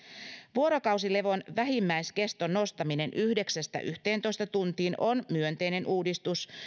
vuorokausilevon vähimmäiskeston nostaminen yhdeksästä yhteentoista tuntiin on myönteinen uudistus